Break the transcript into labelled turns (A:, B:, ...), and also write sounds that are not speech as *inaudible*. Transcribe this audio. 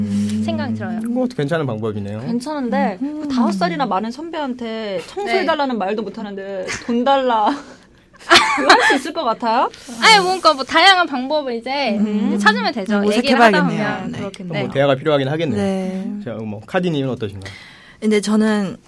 A: 생각이
B: 음.
A: 들어요.
B: 음, 그것도 괜찮은 방법이네요.
C: 괜찮은데
A: 음.
C: 그 다섯 살이나 많은 선배한테 청소해
A: 네.
C: 달라는 말도 못하는데 돈 달라.
A: *laughs*
B: *laughs*
C: 그거 할 수 있을 것 같아요?
A: *laughs* 아니, 그러니까 뭔가 뭐 다양한 방법을 이제
C: 음.
A: 찾으면 되죠.
C: 뭐,
A: 얘기를
C: 모색해
A: 하다
C: 봐야겠네요.
A: 보면
C: 네.
A: 그렇겠네요.
B: 뭐 대화가 필요하긴 하겠네요.
D: 네.
B: 자, 뭐 카디님은 어떠신가요?
D: 근데 저는